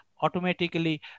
automatically